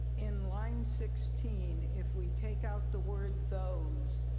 in line sixteen, if we take out the word those,